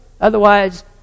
Otherwise